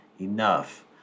enough